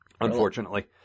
Unfortunately